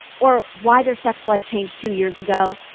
or why their sex life changed two years ago,